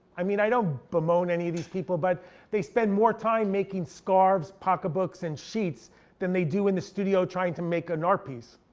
i mean i don't bemoan any of these people. but they spend more time making scarves, pocket books, and sheets than they do in the studio trying to make an art piece.